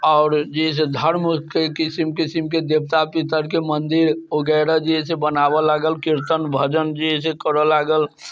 आओर जे है से धर्मके किसिम किसिमके देवता पितरके मंदिर वगैरह जे है से बनाबऽ लागल कीर्तन भजन जे है से करऽ लागल